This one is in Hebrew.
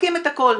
מוחקים את הכול,